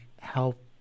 help